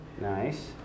Nice